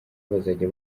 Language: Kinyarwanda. bazajya